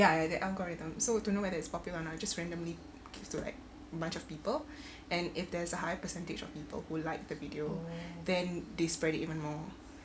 ya the algorithm so don't know whether it's popular or not just randomly give to act~ bunch of people and if there's a high percentage of people who like the video then they spread it even more